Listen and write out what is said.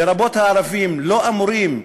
לרבות הערבים, הם לא אמורים,